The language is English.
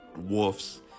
wolves